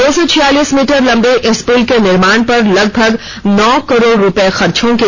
दो सौ छियालीस मीटर लंबे इस पुल के निमाण पर लगभग नौ करोड़ रुपए खर्च होंगे